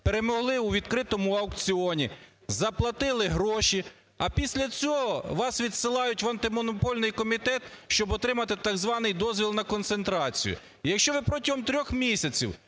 перемогли у відкритому аукціоні, заплатили гроші, а після цього вас відсилають в Антимонопольний комітет, щоб отримати так званий дозвіл на концентрацію. Якщо ви протягом трьох місяців